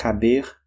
Caber